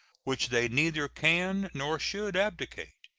which they neither can nor should abdicate,